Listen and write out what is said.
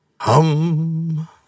hum